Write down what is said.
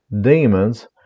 demons